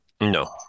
No